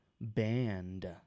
band